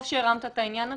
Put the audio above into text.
טוב שהרמת את העניין הזה.